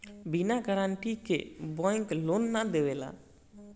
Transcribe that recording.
बिना गारंटी के bank loan ना देवेला